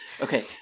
okay